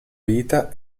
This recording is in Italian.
vita